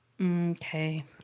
Okay